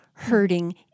hurting